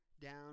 down